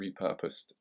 repurposed